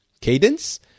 cadence